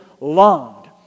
longed